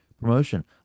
promotion